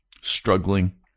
struggling